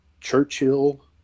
Churchill